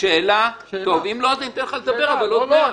שאלה טוב, אם לא ניתן לך לדבר אבל עוד מעט.